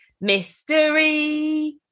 mystery